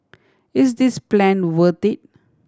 is this plan worth it